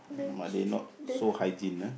!alamak! they not so hygiene ah